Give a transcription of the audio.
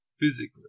physically